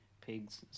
pigs